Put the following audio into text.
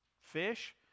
fish